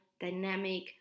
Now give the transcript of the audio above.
dynamic